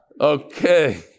Okay